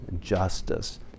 justice